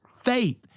faith